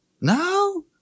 No